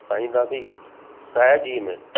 असां ईंदासीं साया जी में